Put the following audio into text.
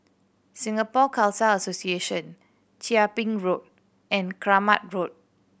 Singapore Khalsa Association Chia Ping Road and Kramat Road